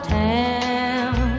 town